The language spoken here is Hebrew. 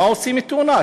מה עושים עם תאונה?